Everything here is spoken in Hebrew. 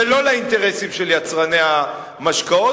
ולא לאינטרסים של יצרני המשקאות,